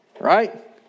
Right